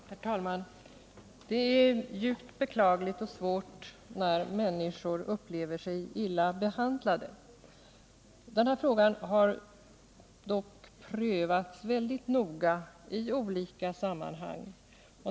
Herr talman! Det är djupt beklagligt och svårt när människor upplever sig vara illa behandlade. Denna fråga har dock prövats mycket noga i olika sammanhang.